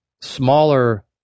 smaller